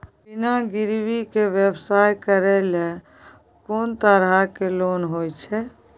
बिना गिरवी के व्यवसाय करै ले कोन तरह के लोन होए छै?